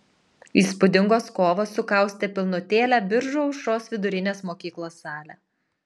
įspūdingos kovos sukaustė pilnutėlę biržų aušros vidurinės mokyklos salę